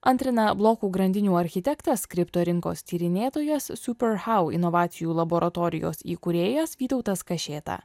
antrina blokų grandinių architektas skripto rinkos tyrinėtojas super hou inovacijų laboratorijos įkūrėjas vytautas kašėta